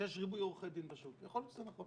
שיש ריבוי עורכי דין בשוק יכול להיות שזה נכון